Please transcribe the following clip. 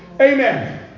Amen